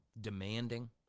demanding